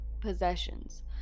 possessions